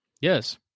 Yes